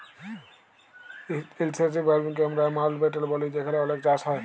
intensive farming কে আমরা মাউল্টব্যাটেল ব্যলি যেখালে অলেক চাষ হ্যয়